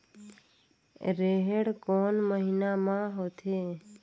रेहेण कोन महीना म होथे?